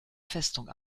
festung